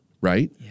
right